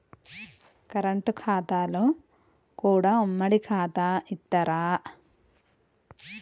Current ఖాతాలో కూడా ఉమ్మడి ఖాతా ఇత్తరా?